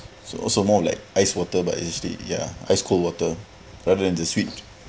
so also more of like ice water but instead ya ice cold water rather than the sweet